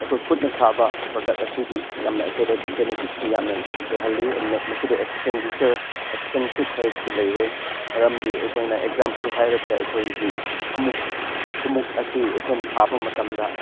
ꯑꯩꯈꯣꯏ ꯈꯨꯠꯅ ꯁꯥꯕ ꯄ꯭ꯔꯗꯛ ꯑꯁꯤꯗꯤ ꯌꯥꯝꯅ ꯑꯩꯈꯣꯏꯗ ꯕꯦꯅꯤꯐꯤꯠꯁꯤ ꯌꯥꯝꯅ ꯂꯩꯍꯜꯂꯤ ꯃꯁꯤꯗ ꯑꯦꯛꯁꯄꯦꯟꯗꯤꯆꯔ ꯑꯦꯛꯁꯄꯦꯟꯁꯤꯁ ꯍꯥꯏꯕꯁꯤ ꯂꯩꯔꯣꯏ ꯃꯔꯝꯗꯤ ꯑꯩꯈꯣꯏꯅ ꯑꯦꯛꯖꯥꯝꯄꯜ ꯍꯥꯏꯔꯕꯗ ꯑꯩꯈꯣꯏꯒꯤ ꯊꯨꯃꯨꯛꯁ ꯊꯨꯃꯨꯛ ꯑꯁꯤ ꯑꯩꯈꯣꯏꯅ ꯁꯥꯕ ꯃꯇꯝꯗ